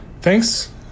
Thanks